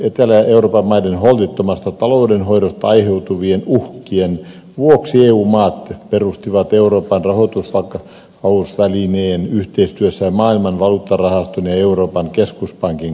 etelä euroopan maiden holtittomasta taloudenhoidosta aiheutuvien uhkien vuoksi eu maat perustivat euroopan rahoitusvakausvälineen yhteistyössä kansainvälisen valuuttarahaston ja euroopan keskuspankin kanssa